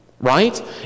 right